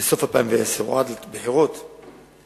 סוף 2010, או עד הבחירות המוצעות,